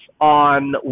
on